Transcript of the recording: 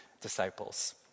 disciples